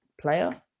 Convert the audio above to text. player